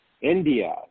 India